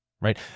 Right